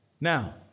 Now